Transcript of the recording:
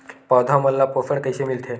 पौधा मन ला पोषण कइसे मिलथे?